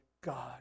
God